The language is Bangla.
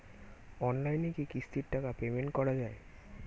অনলাইনে কি কিস্তির টাকা পেমেন্ট করা যায়?